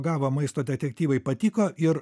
gavo maisto detektyvai patiko ir